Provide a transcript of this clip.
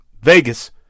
Vegas